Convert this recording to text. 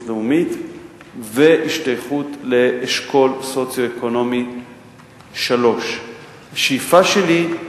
לאומית והשתייכות לאשכול סוציו-אקונומי 3. השאיפה שלי,